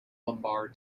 lumbar